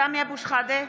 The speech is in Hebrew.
(קוראת בשמות חברי הכנסת) סמי אבו שחאדה,